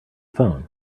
phone